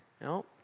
No